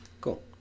Cool